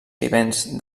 vivents